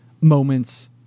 moments